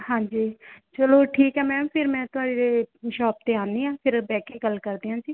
ਹਾਂਜੀ ਚਲੋ ਠੀਕ ਹੈ ਮੈਮ ਮੈਂ ਫਿਰ ਤੁਹਾਡੇ ਸ਼ੌਪ 'ਤੇ ਆਉਂਦੀ ਹਾਂ ਫਿਰ ਬਹਿ ਕੇ ਗੱਲ ਕਰਦੇ ਹਾਂ ਜੀ